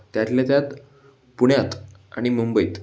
त्यातले त्यात पुण्यात आणि मुंबईत